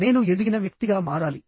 నేను ఎదిగిన వ్యక్తిగా మారాలి